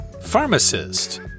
pharmacist